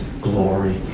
glory